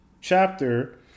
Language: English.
chapter